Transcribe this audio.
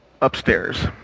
Upstairs